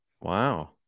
Wow